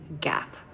gap